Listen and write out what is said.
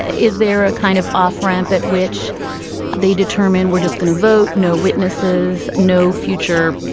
is there a kind of off ramp at which they determine we're just going to vote no witnesses, no future,